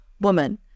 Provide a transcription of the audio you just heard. woman